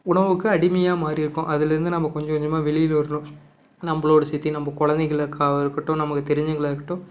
உணவுக்கு அடிமையாக மாறிருக்கோம் அதிலேருந்து நாம் கொஞ்ச கொஞ்சமாக வெளியில் வரணும் நம்மளோட சேர்த்து நம்ம குழந்தைகளுக்கா இருக்கட்டும் நமக்கு தெரிஞ்சவங்களாக இருக்கட்டும்